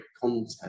content